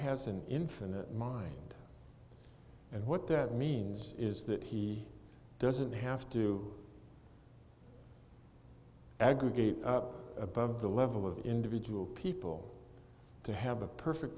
has an infinite mind and what that means is that he doesn't have to aggregate up above the level of individual people to have a perfect